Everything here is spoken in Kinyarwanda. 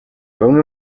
bamwe